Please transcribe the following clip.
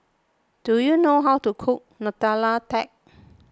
do you know how to cook Nutella Tart